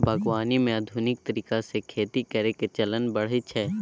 बागवानी मे आधुनिक तरीका से खेती करइ के चलन बढ़ल छइ